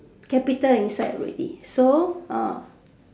capital inside already so